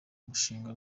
mushinga